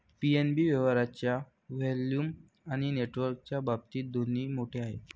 PNB व्यवसायाच्या volume आणि नेटवर्कच्या बाबतीत दोन्ही मोठे आहे